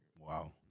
Wow